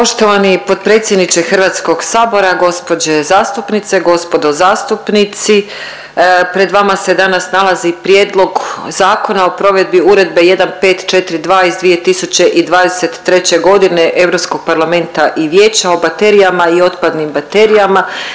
Poštovani potpredsjedniče HS-a, gospođe zastupnice, gospodo zastupnici. Pred vama se danas nalazi Prijedlog zakona o provedbi Uredbe 1542 iz 2023 godine Europskog parlamenta i Vijeća o baterijama i otpadnim baterijama,